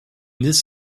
this